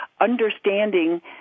understanding